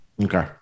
Okay